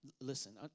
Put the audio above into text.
Listen